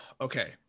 Okay